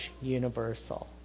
universal